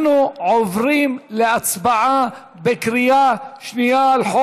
אנחנו עוברים להצבעה בקריאה שנייה על הצעת